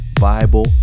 Bible